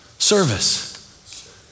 Service